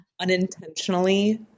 unintentionally